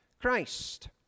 Christ